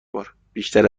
بار، بیشتر